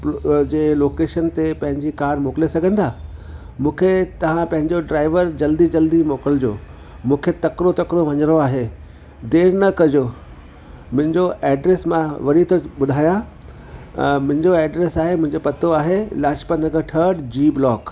जे location ते पंहिंजी car मोकिले सघंदा मूंखे तव्हां पंहिंजो ड्राइवर जल्दी जल्दी मोकिलजो मूंखे तकिड़ो तकिड़ो वञिणो आहे देरि न कजो मुंहिंजो एड्रैस मां वरी थो ॿुधायां अ मुंहिंजो एड्रैस आहे मुंहिंजो पतो आहे लाजपत नगर ठड जी ब्लोक